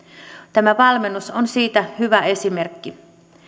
tämä valmennus on siitä hyvä esimerkki